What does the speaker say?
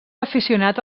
aficionat